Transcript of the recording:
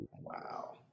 Wow